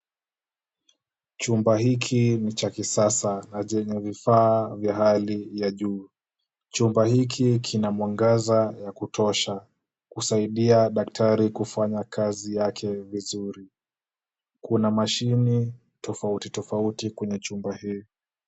Chumba hili ni cha kisasa na chenye vifaa vya hali ya juu. Chumba hiki kina mwangaza wa kutosha, kusaidia daktari kufanya kazi yake vizuri. Kuna mashini tofauti tofauti kwenye chumba hii.